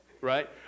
right